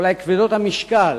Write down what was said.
כבדות המשקל